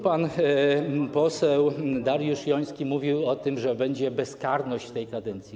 Pan poseł Dariusz Joński mówił o tym, że będzie bezkarność tej kadencji.